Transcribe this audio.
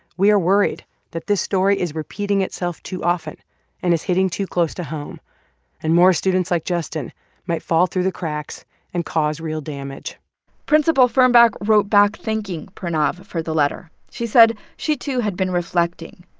we are worried that this story is repeating itself too often and is hitting too close to home and more students like justin might fall through the cracks and cause real damage principal fernback wrote back thanking pranav for the letter. she said she, too, had been reflecting.